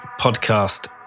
podcast